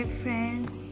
friends